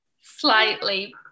slightly